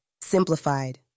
Simplified